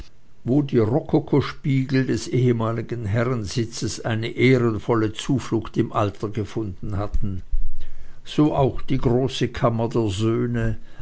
wo die rokokospiegel des ehemaligen herrensitzes eine ehrenvolle zuflucht im alter gefunden hatten so auch die große kammer der